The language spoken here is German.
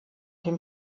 dem